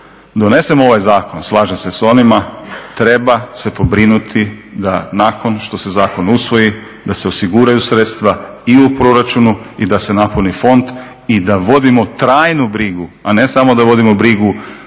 donesemo ovaj zakon, slažem se s onima, treba se pobrinuti da nakon što se zakon usvoji da se osiguraju sredstva i u proračunu i da se napuni font i da vodimo trajnu brigu, a ne samo da vodimo brigu u vrijeme